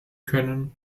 können